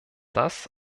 das